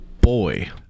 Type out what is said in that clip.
boy